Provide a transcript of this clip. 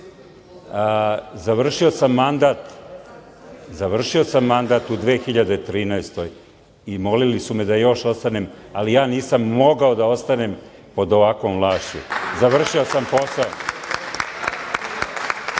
Završio sam mandat u 2013. godini i molili su me da još ostanem ali ja nisam mogao da ostanem pod ovakvom vlašću. Završio sam posao.